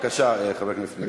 בבקשה, חבר הכנסת מיקי לוי.